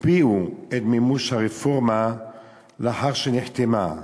הקפיאו את מימוש הרפורמה לאחר שנחתמה.